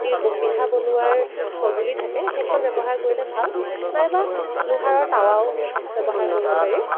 পিঠা বনোৱাৰ সঁজুলি থাকে সেইখন ব্যৱহাৰ কৰিলে ভাল নাইবা লোহাৰৰ তাৱাও ব্যৱহাৰ কৰিব পাৰি